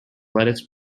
lettuce